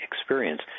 experience